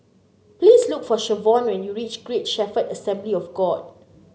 please look for Shavonne when you reach Great Shepherd Assembly of God